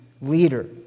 leader